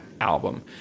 album